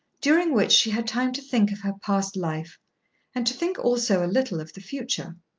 during which she had time to think of her past life and to think also a little of the future.